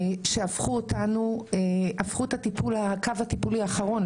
שהפכו את הקו הטיפולי האחרון,